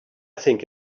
think